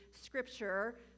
scripture